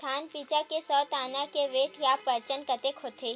धान बीज के सौ दाना के वेट या बजन कतके होथे?